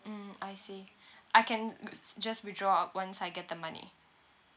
mm I see I can just withdraw once I get the money